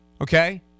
Okay